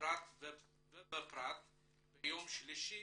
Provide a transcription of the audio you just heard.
ובפרט ביום שלישי,